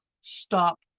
stop